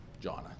Jonah